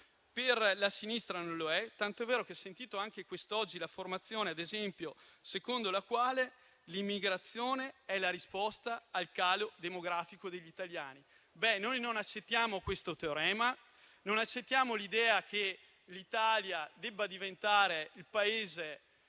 Per la sinistra non lo è, tanto è vero che ho sentito dire anche oggi che l'immigrazione è la risposta al calo demografico degli italiani. Noi non accettiamo questo teorema, non accettiamo l'idea che l'Italia debba diventare un Paese